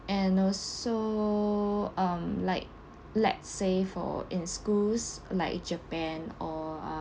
and also um like let's say for in schools like japan or uh